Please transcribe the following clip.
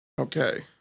Okay